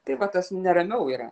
tai vat tas neramiau yra